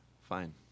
Fine